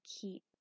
keep